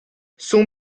son